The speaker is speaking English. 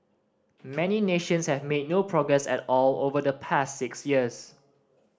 many nations have made no progress at all over the past six years